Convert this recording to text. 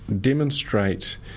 demonstrate